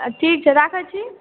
ठीक छै राखै छी